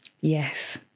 Yes